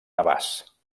navàs